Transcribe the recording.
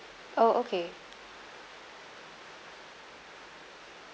oh okay